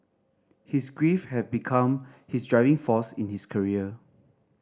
his grief had become his driving force in his career